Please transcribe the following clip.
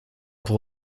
pour